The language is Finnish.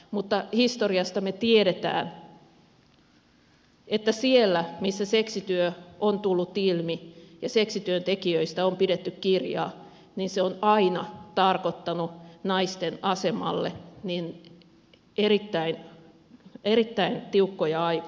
mutta historiasta me tiedämme että siellä missä seksityö on tullut ilmi ja seksityöntekijöistä on pidetty kirjaa se on aina tarkoittanut naisten asemalle erittäin tiukkoja aikoja